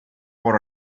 por